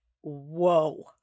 Whoa